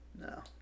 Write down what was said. No